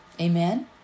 Amen